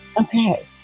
Okay